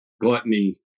gluttony